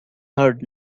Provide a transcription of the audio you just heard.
heard